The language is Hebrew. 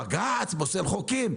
איך בג"צ פוסל חוקים.